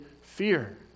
fear